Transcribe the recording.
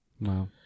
Wow